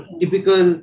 typical